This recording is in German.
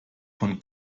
von